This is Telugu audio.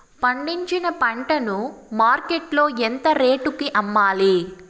పండించిన పంట ను మార్కెట్ లో ఎంత రేటుకి అమ్మాలి?